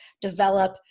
develop